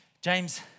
James